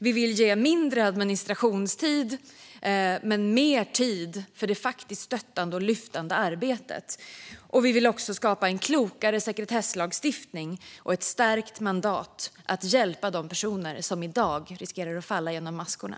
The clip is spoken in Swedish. Vi vill ge mindre administrationstid men mer tid för det stöttande och lyftande arbetet. Vi vill också skapa en klokare sekretesslagstiftning och ett stärkt mandat att hjälpa de personer som i dag riskerar att falla genom maskorna.